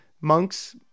monks